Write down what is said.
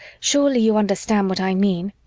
surely you understand what i mean?